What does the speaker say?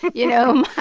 you know,